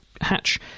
hatch